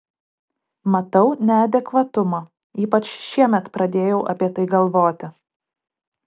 matau neadekvatumą ypač šiemet pradėjau apie tai galvoti